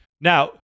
Now